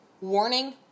Warning